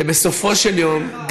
בסופו של יום,